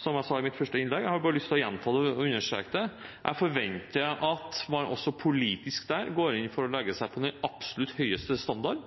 som jeg sa i mitt første innlegg. Jeg hadde bare lyst til å gjenta det for å understreke at jeg forventer at man også politisk går inn for å legge seg på den absolutt høyeste standarden,